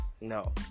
no